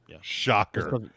Shocker